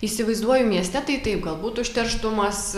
įsivaizduoju mieste tai taip galbūt užterštumas